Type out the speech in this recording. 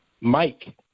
Mike